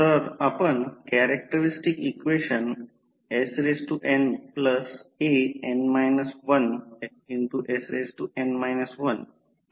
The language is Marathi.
तर आपण कॅरेक्टरस्टिक्स इक्वेशन snan 1sn 1